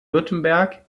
württemberg